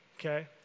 Okay